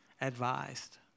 advised